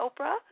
Oprah